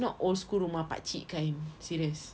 it's not old school rumah pakcik kind serious